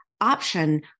option